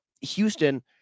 Houston